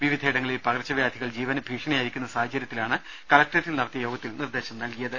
വിവിധയിടങ്ങളിൽ പകർച്ചവ്യാധികൾ ജീവന് ഭീഷണിയായിരിക്കുന്ന സാഹചര്യത്തിലാണ് കലക്ട്രേറ്റിൽ നടത്തിയ യോഗത്തിൽ നിർദ്ദേശം നൽകിയത്